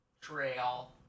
Trail